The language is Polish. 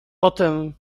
potem